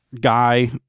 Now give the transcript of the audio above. guy